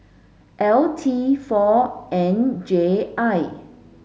L T four N J I